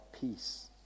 peace